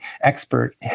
expert